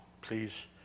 Please